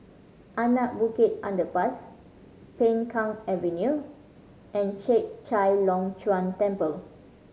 Anak Bukit Underpass Peng Kang Avenue and Chek Chai Long Chuen Temple